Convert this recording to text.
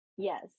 Yes